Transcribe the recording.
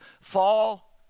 fall